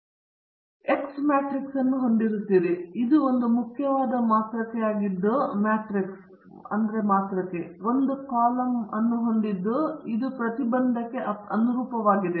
ನಂತರ ನೀವು X matrix ಅನ್ನು ಹೊಂದಿದ್ದೀರಿ ಇದು ಒಂದು ಮುಖ್ಯವಾದ ಮಾತೃಕೆಯಾಗಿದ್ದು ಅದು ಒಂದು ಕಾಲಮ್ ಅನ್ನು ಹೊಂದಿದ್ದು ಇದು ಪ್ರತಿಬಂಧಕ್ಕೆ ಅನುರೂಪವಾಗಿದೆ